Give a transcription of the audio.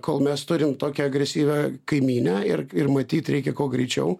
kol mes turim tokią agresyvią kaimynę ir ir matyt reikia kuo greičiau